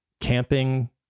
camping